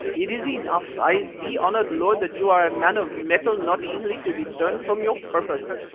it is enough. i see, honoured lord, that you are a man of mettle not easily to be turned from your purpose.